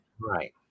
right